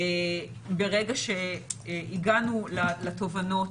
ברגע שהגענו לתובנות,